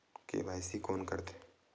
KYC कोन करथे?